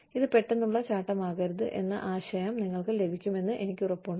ഇത് പെട്ടെന്നുള്ള ചാട്ടമാകരുത് എന്ന ആശയം നിങ്ങൾക്ക് ലഭിക്കുമെന്ന് എനിക്ക് ഉറപ്പുണ്ട്